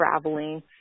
traveling